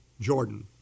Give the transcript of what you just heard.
Jordan